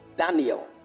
Daniel